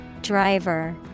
driver